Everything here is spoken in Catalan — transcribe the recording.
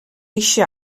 eixe